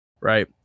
right